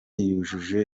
yujuje